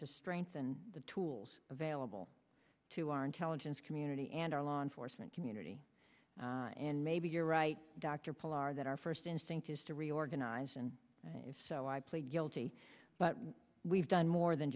to strengthen the tools available to our intelligence community and our law enforcement community and maybe you're right dr paul are that our first instinct is to reorganize and so i plead guilty but we've done more than